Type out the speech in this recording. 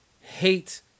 hate